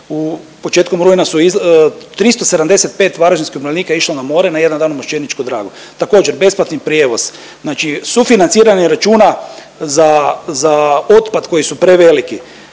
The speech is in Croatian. početkom rujna su 375 varaždinskih umirovljenika je išlo na more na jedan dan u Mošćeničku Dragu. Također besplatni prijevoz, znači sufinanciranje računa za otpad koji su preveliki,